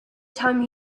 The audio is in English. time